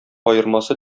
аермасы